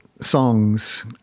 songs